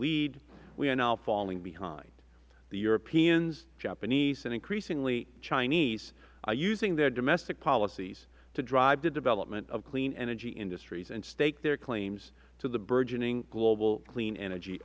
lead we are now falling behind the europeans japanese and increasingly the chinese are using their domestic policies to drive the development of clean energy industries and stake their claims to the burgeoning global clean energy